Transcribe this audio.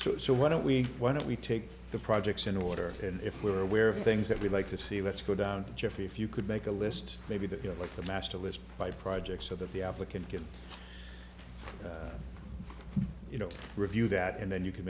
it so why don't we why don't we take the projects in order and if we're aware of things that we'd like to see let's go down jeff if you could make a list maybe that you like the master list by project so that the applicant can you know review that and then you can